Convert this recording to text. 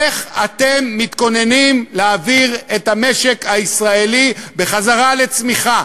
איך אתם מתכוננים להעביר את המשק הישראלי בחזרה לצמיחה?